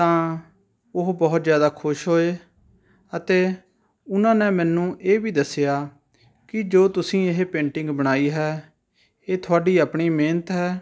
ਤਾਂ ਉਹ ਬਹੁਤ ਜ਼ਿਆਦਾ ਖੁਸ਼ ਹੋਏ ਅਤੇ ਉਹਨਾਂ ਨੇ ਮੈਨੂੰ ਇਹ ਵੀ ਦੱਸਿਆ ਕਿ ਜੋ ਤੁਸੀਂ ਇਹ ਪੇਂਟਿੰਗ ਬਣਾਈ ਹੈ ਇਹ ਤੁਹਾਡੀ ਆਪਣੀ ਮਿਹਨਤ ਹੈ